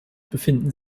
befinden